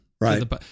Right